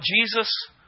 Jesus